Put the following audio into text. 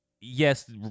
Yes